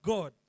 God